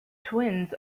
twins